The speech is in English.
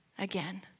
again